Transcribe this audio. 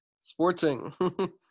Sporting